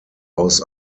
aus